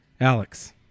Alex